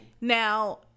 now